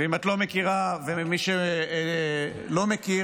ואם את לא מכירה ומי שלא מכיר,